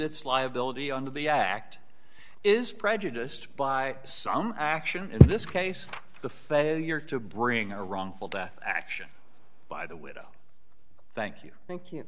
its liability under the act is prejudiced by some action in this case the failure to bring a wrongful death action by the widow thank you thank you